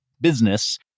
business